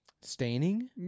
Staining